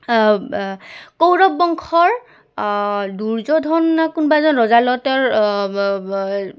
কৌৰৱ বংশৰ দুৰ্যোধন নে কোনোবা এজন ৰজাৰ লগত তেওঁ